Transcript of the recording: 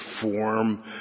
form